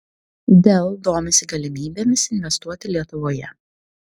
dell domisi galimybėmis investuoti lietuvoje